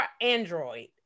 Android